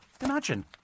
Imagine